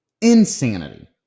insanity